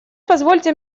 позвольте